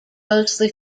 mostly